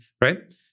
right